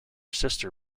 sister